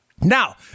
Now